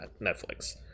netflix